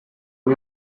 you